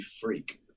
freak